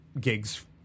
gigs